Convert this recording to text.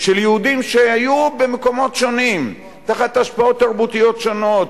של יהודים שהיו במקומות שונים תחת השפעות תרבותיות שונות,